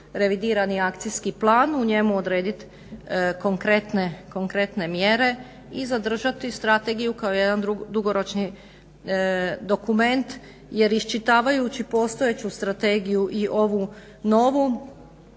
revidirani akcijski plan, u njemu odredit konkretne mjere i zadržati Strategiju kao jedan dugoročni dokument. Jer iščitavajući postojeću strategiju i ovu novu,